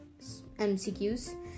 MCQs